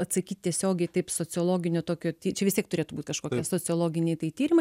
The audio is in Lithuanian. atsakyt tiesiogiai taip sociologinio tokio čia vis tiek turėtų būt kažkokie sociologiniai tai tyrimai